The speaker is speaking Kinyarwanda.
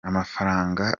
amafaranga